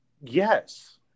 yes